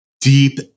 deep